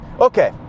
okay